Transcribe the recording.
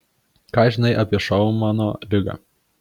ką žinai apie šaumano ligą